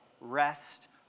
rest